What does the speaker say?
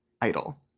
idol